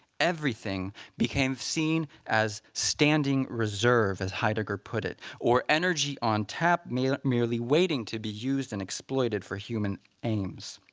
everything became seen as standing reserve, as heidegger put it, or energy on tap merely merely waiting to be used and exploited for human aims.